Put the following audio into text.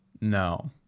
No